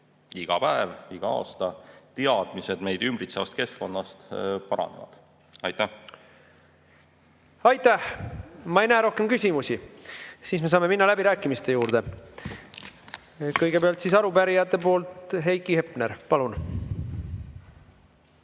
Iga päev ja iga aasta teadmised meid ümbritsevast keskkonnast paranevad. Aitäh! Ma ei näe rohkem küsimusi. Siis me saame minna läbirääkimiste juurde. Kõigepealt arupärijate nimel Heiki Hepner. Palun!